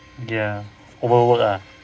ya over work ah